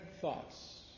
thoughts